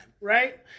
right